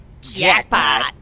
jackpot